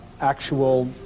actual